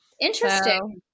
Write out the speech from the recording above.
Interesting